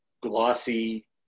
glossy